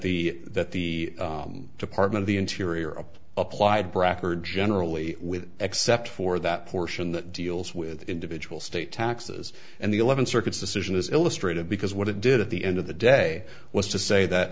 the that the department of the interior up applied bracher generally with except for that portion that deals with individual state taxes and the eleventh circuit decision is illustrated because what it did at the end of the day was to say that